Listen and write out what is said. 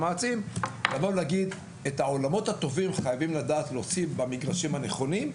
לבוא ולהגיד: "את העולמות הטובים חייבים לדעת להוציא במגרשים הנכונים",